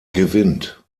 gewinnt